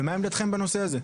ומהי עמדתכם בנושא הזה?